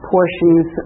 Portions